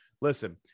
Listen